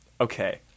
Okay